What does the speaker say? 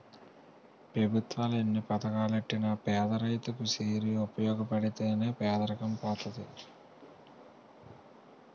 పెభుత్వాలు ఎన్ని పథకాలెట్టినా పేదరైతు కి సేరి ఉపయోగపడితే నే పేదరికం పోతది